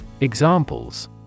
Examples